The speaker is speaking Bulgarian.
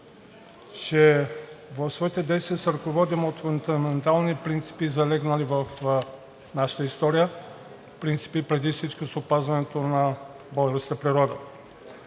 че в своите действия се ръководим от фундаментални принципи, залегнали в нашата история – принципи преди всичко с опазването на българската природа.